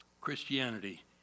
Christianity